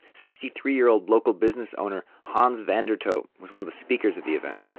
sixty-three-year-old local business owned hans van der touw was one of the speakers at the event